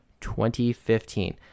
2015